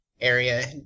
area